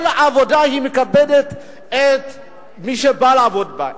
כל עבודה מכבדת את מי שבא לעבוד בה,